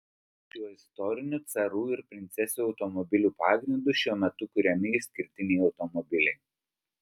šiuo istoriniu carų ir princesių automobilių pagrindu šiuo metu kuriami išskirtiniai automobiliai